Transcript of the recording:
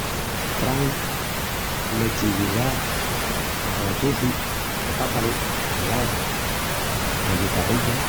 Fran, lechi guisá, arrós duci, repápalus, gelau, galletas rizas.